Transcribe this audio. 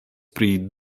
pri